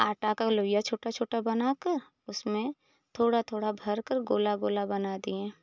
आटा का लोइया छोटा छोटा बनाकर उसमें थोड़ा थोड़ा भरकर गोला गोला बना दिए